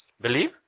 Believe